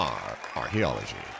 Archaeology